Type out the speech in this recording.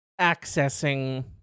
accessing